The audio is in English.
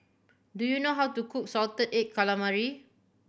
do you know how to cook salted egg calamari